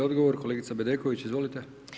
Odgovor kolegica Bedeković, izvolite.